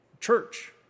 church